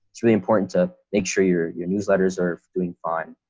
it's really important to make sure your your newsletters are doing fine.